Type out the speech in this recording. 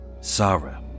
Sarah